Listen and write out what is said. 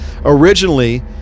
Originally